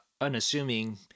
unassuming